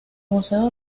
museo